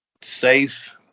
safe